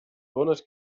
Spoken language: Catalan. bones